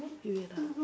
you wait ah